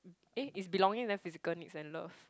eh it's belonging then physical needs and love